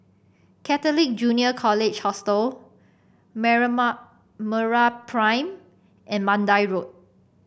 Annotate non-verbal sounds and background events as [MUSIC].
Catholic Junior College Hostel [UNINTELLIGIBLE] and Mandai Road